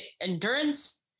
endurance